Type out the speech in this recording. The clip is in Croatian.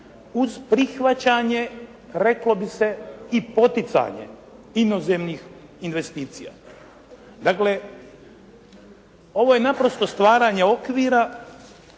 uz prihvaćanje reklo bi se i poticanjem inozemnih investicija. Dakle, ovo je naprosto stvaranje okvira,